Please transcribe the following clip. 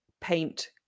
paint